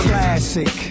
Classic